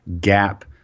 gap